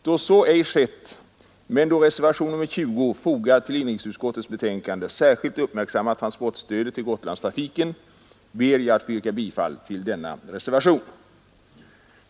Då så ej skett, men då reservationen 20, fogad till inrikesutskottets betänkande, särskilt uppmärksammat transportstödet till Gotlandstrafiken, ber jag att få yrka bifall till denna reservation.